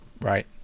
Right